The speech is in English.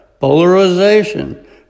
polarization